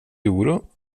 euro